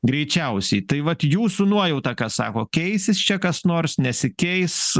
greičiausiai tai vat jūsų nuojauta ką sako keisis čia kas nors nesikeis